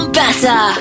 better